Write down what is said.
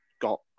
got